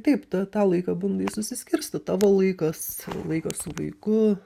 taip tą tą laiką bandai susiskirstyt tavo laikas laikas su vaiku